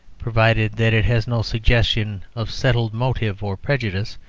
provided that it has no suggestion of settled motive or prejudice,